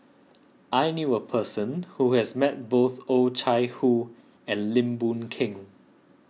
I knew a person who has met both Oh Chai Hoo and Lim Boon Keng